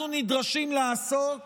אנחנו נדרשים לעסוק